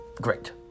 great